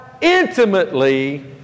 intimately